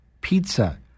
Pizza